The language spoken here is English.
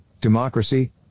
democracy